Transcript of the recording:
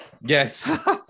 Yes